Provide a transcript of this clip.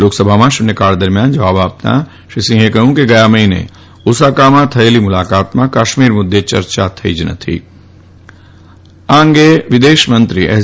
લાકસભામાં શૂન્યકાળ દરમિયાન જવાબ આપતાં શ્રી સિંહે કહ્યું કે ગયા મહિને ઓસાકામાં થયેલી મુલાકાતમાં કાશ્મીર મુદ્દે ચર્ચા થઇ જ નથી અને આ પ્રસંગે વિદેશમંત્રી એસ